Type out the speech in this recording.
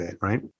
right